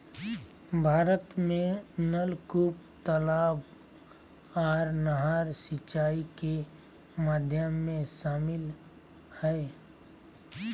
भारत में नलकूप, तलाब आर नहर सिंचाई के माध्यम में शामिल हय